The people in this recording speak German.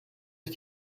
ich